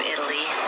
Italy